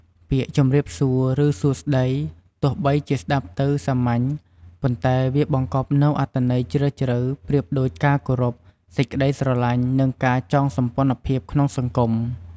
ពាក្យ “ជម្រាបសួរ” ឬ “សួស្តី” ទោះបីជាស្ដាប់ទៅសាមញ្ញ ប៉ុន្តែវាបង្កប់នូវអត្ថន័យជ្រាលជ្រៅប្រៀបដូចការគោរព សេចក្តីស្រឡាញ់ និងការចងសម្ព័ន្ធភាពក្នុងសង្គម។